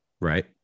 Right